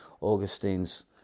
Augustine's